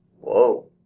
Whoa